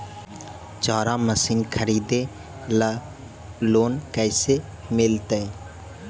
चारा मशिन खरीदे ल लोन कैसे मिलतै?